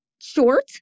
short